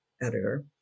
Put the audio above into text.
editor